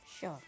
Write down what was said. sure